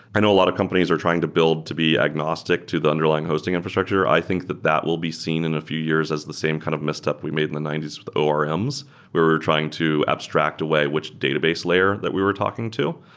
i know a lot of companies are trying to build to be agnostic to the underlying hosting infrastructure. i think that that will be seen in a few years as the same kind of misstep we made in the ninety s with orms where we're trying to abstract away which database layer that we were talking to.